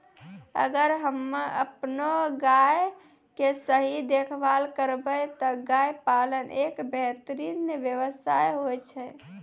अगर हमॅ आपनो गाय के सही देखभाल करबै त गाय पालन एक बेहतरीन व्यवसाय होय छै